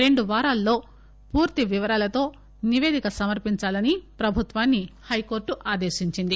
రెండువారాల్లో పూర్తి వివరాలతో నిపేదిక సమర్పించాలని ప్రభుత్వాన్ని హైకోర్టు ఆదేశించింది